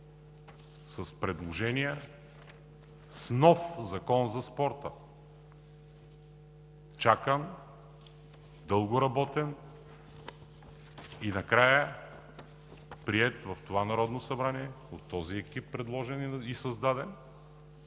с предложения, с нов Закон за спорта, чакан, дълго работен и накрая приет в това Народно събрание, предложен и създаден